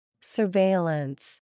Surveillance